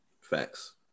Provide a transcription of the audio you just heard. Facts